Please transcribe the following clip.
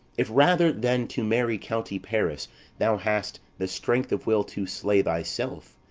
if rather than to marry county paris thou hast the strength of will to slay thyself,